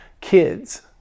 kids